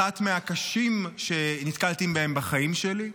אחד מהקשים שנתקלתי בהם בחיים שלי.